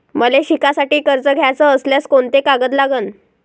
मले शिकासाठी कर्ज घ्याचं असल्यास कोंते कागद लागन?